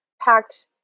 packed